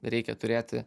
reikia turėti